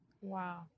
Wow